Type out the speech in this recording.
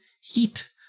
heat